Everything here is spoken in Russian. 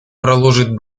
проложит